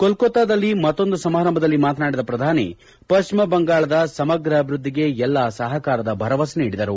ಕೋಲ್ಕತಾದಲ್ಲಿ ಮತ್ತೊಂದು ಸಮಾರಂಭದಲ್ಲಿ ಮಾತನಾಡಿದ ಪ್ರಧಾನಿ ಪಶ್ಚಿಮ ಬಂಗಾಳದ ಸಮಗ್ರ ಅಭಿವೃದ್ಧಿಗೆ ಎಲ್ಲ ಸಹಕಾರದ ಭರವಸೆ ನೀಡಿದರು